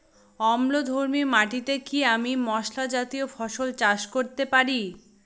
অম্লধর্মী মাটিতে কি আমি মশলা জাতীয় ফসল চাষ করতে পারি?